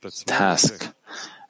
task